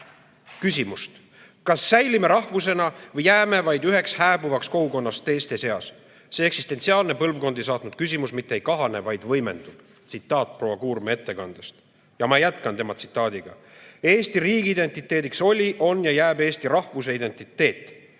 küsimust. "Kas säilime rahvusena või jääme vaid üheks hääbuvaks kogukonnaks teiste seas? See eksistentsiaalne põlvkondi saatnud küsimus mitte ei kahane, vaid võimendub." Tsitaat proua Kuurme ettekandest. Ja ma jätkan tema tsitaadiga. "Eesti riigi identiteediks oli, on ja jääb eesti rahvuse identiteet.